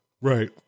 Right